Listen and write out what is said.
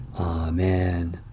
Amen